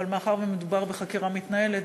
אבל מאחר שמדובר בחקירה מתנהלת,